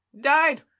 Died